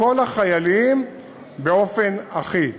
לכל החיילים באופן אחיד.